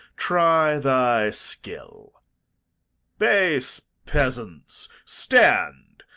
try thy skill base peasants, stand!